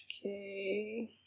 Okay